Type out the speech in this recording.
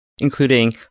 including